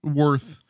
worth